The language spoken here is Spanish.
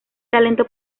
talento